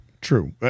true